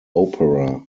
opera